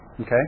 okay